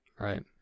Right